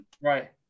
right